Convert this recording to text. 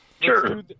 Sure